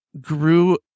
grew